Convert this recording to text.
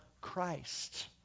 Christ